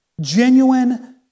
Genuine